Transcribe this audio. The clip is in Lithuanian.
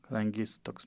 kadangi jis toks